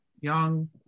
young